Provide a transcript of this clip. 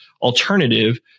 alternative